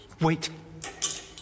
Wait